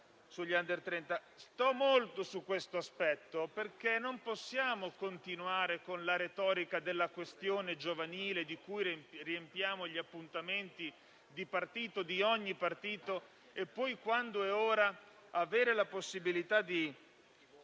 soffermo su questo aspetto, perché non possiamo continuare con la retorica della questione giovanile, di cui riempiamo gli appuntamenti di partito, di ogni partito, e poi, quando è ora, avendo la possibilità di